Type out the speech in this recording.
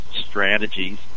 strategies